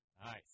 Nice